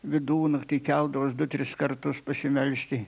vidunaktį keldavos du tris kartus pasimelsti